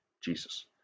Jesus